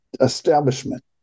establishment